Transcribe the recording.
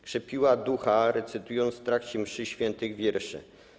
Krzepiła ducha, recytując w trakcie mszy św. wiersze.